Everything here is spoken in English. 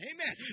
Amen